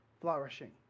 flourishing